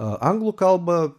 anglų kalbą